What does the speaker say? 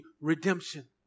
redemption